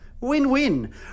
Win-win